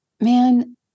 man